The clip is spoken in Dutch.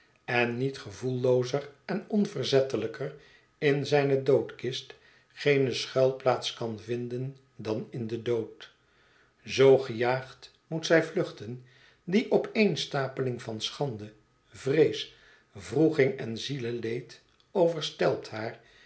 en niet gevoelloozer en onverzettelijker in zijne doodkist geene schuilplaats kan vinden dan in den dood zoo gejaagd moet zij vluchten die opeenstapeling van schande vrees wroeging en zieleleed overstelpt haar